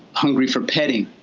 hungry for petting.